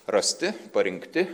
rasti parinkti